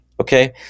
Okay